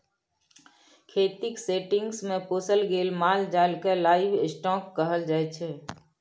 खेतीक सेटिंग्स मे पोसल गेल माल जाल केँ लाइव स्टाँक कहल जाइ छै